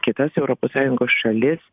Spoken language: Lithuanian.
kitas europos sąjungos šalis